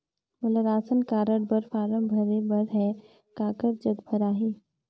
मोला ration card बर form भरे बर हे काकर जग भराही?